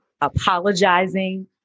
apologizing